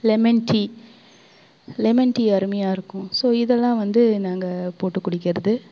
lemon tea lemon tea அருமையாக இருக்கும் so இதெல்லாம் வந்து நாங்கள் போட்டு குடிக்கிறது